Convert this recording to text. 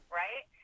right